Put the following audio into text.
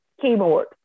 keyboard